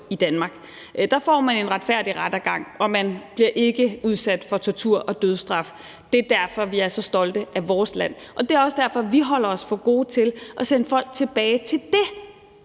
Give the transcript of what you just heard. i Danmark. Der får man en retfærdig rettergang, og man bliver ikke udsat for tortur og dødsstraf. Det er derfor, vi er så stolte af vores land. Og det er også derfor, vi holder os for gode til at sende folk tilbage til dét.